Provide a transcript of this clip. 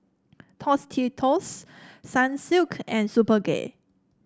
Tostitos Sunsilk and Superga